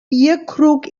bierkrug